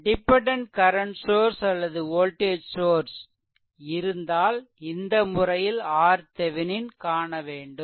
dependent current source அல்லது voltage source இருந்தால் இந்த முறையில் RThevenin காணவேண்டும்